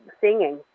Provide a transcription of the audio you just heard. singing